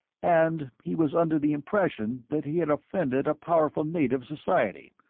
and he was under the impression that he had offended a powerful native society,